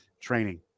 Training